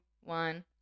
one